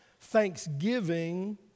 Thanksgiving